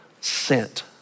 sent